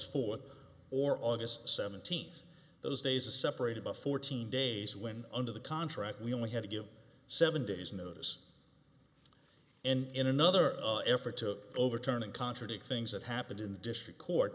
fourth or august seventeenth those days a separate about fourteen days when under the contract we only had to give seven days notice and in another effort to overturn a contradict things that happened in the district court